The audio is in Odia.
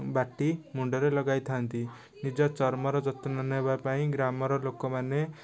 ବାଟି ମୁଣ୍ଡରେ ଲଗାଇଥାନ୍ତି ନିଜର ଚର୍ମର ଯତ୍ନ ନେବାପାଇଁ ଆମର ଲୋକମାନେ